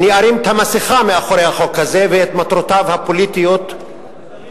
אני ארים את המסכה מאחורי החוק הזה ואת מטרותיו הפוליטיות הזדוניות.